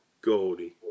Goldie